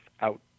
out